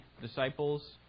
disciples